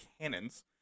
cannons